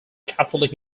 catholic